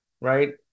right